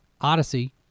Odyssey